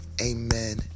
amen